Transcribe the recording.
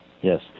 yes